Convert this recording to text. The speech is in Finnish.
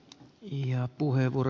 herra puhemies